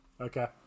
Okay